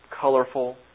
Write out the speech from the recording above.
colorful